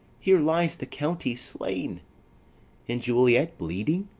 here lies the county slain and juliet bleeding,